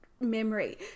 memory